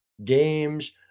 games